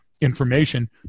information